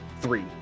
Three